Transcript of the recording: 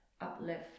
uplift